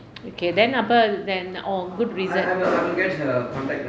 okay then அப்போ:appo then orh good reason